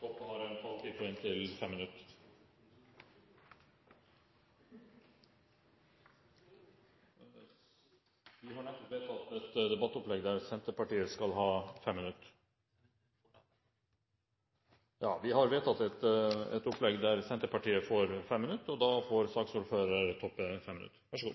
Toppe, som er sakens ordfører. Vi har nettopp vedtatt et debattopplegg der Senterpartiet skal ha 5 minutter, og da får saksordfører Toppe 5 minutter. Vær så